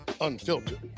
unfiltered